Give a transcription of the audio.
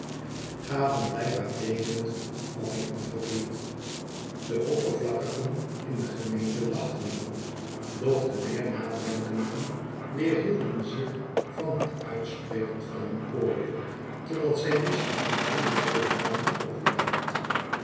gaven blijkbaar teekenen van afmatting en verdriet de oppervlakkigen in de gemeente lachten er om doch de meer nadenkenden weerhielden zich van het uitspreken van hun oordeel totdat zij wisten hoe de predikant